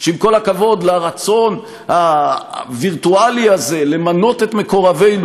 שעם כל הכבוד לרצון הווירטואלי הזה למנות את מקורבינו,